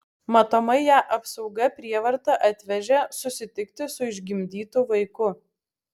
matomai ją apsauga prievarta atvežė susitikti su išgimdytu vaiku